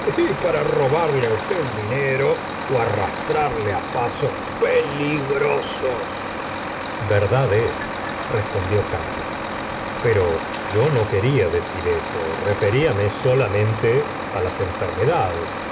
para qué para robarle usted el dinero ó arrastrarle pasos peligrosos verdad es respondió carlos pero yo no quería decir eso referíame solamente á las enfermedades